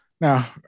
Now